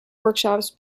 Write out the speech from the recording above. workshops